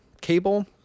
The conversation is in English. cable